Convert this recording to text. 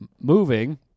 moving